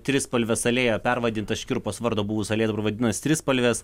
trispalvės alėja pervadinta škirpos vardo buvus alėja dabar vadinas trispalvės